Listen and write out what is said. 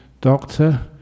doctor